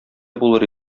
булыр